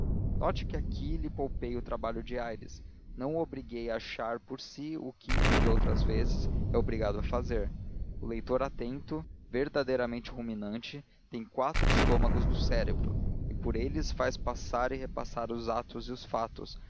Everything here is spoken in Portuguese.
note que aqui lhe poupei o trabalho de aires não o obriguei a achar por si o que de outras vezes é obrigado a fazer o leitor atento verdadeiramente ruminante tem quatro estômagos no cérebro e por eles faz passar e repassar os atos e os fatos